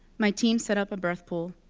my team set up a birth pool.